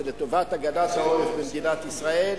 זה לטובת הגנת העורף במדינת ישראל,